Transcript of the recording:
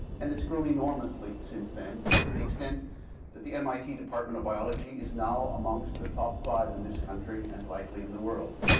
and it's grown enormously since then, to the extent that the mit department of biology is now amongst the top five in this country, and likely in the world,